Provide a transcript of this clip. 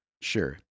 Sure